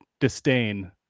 disdain